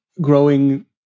growing